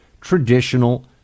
traditional